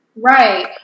Right